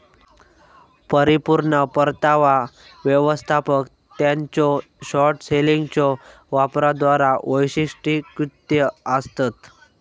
परिपूर्ण परतावा व्यवस्थापक त्यांच्यो शॉर्ट सेलिंगच्यो वापराद्वारा वैशिष्ट्यीकृत आसतत